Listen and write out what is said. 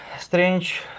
strange